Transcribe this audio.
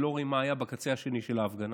ולא רואים מה היה בקצה השני של ההפגנה.